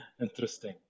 Interesting